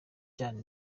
cyane